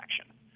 action